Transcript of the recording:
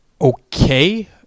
okay